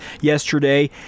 yesterday